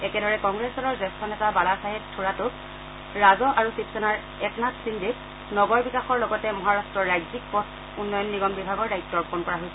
একেদৰে কংগ্ৰেছ দলৰ জ্যেষ্ঠ নেতা বালাচাহেব থোৰাটো ৰাজহ আৰু শিৱসেনাৰ একনাথ ছিন্দেক নগৰ বিকাশৰ লগতে মহাৰাট্টৰ ৰাজ্যিক পথ উন্নয়ন নিগম বিভাগত দায়িত্ব অৰ্পণ কৰা হৈছে